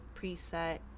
preset